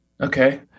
okay